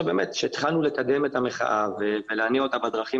כשהתחלנו לקדם את המחאה ולהניע אותה בדרכים